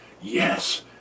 Yes